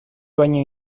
baino